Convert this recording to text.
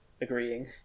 agreeing